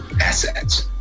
assets